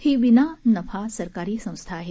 ही विना नफा सरकारी संस्था आहे